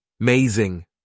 amazing